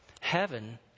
Heaven